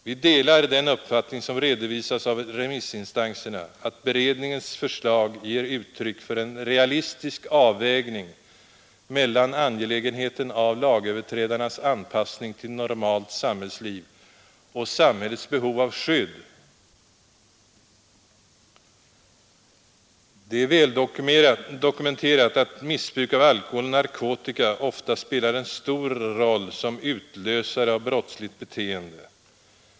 Vi delar den uppfattning, som redovisas av remissinstanserna, att beredningens förslag ger uttryck för en realistisk avvägning mellan angelägenheten av lagöverträdarnas anpassning till normalt samhällsliv och samhällets behov av skydd. Det är väldokumenterat att missbruk av alkohol och narkotika ofta spelar en stor roll som utlösare av brottsligt beteende.